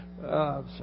sorry